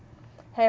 have